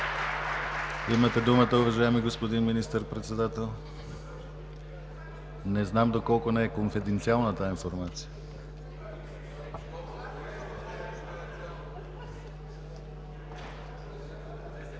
Имате думата, уважаеми господин Министър-председател – не знам доколко не е конфиденциална тази информация.